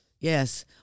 Yes